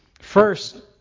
First